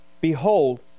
Behold